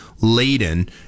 laden